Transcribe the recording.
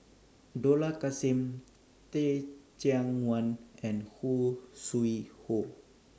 Dollah Kassim Teh Cheang Wan and Khoo Sui Hoe